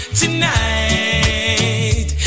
tonight